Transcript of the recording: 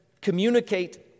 communicate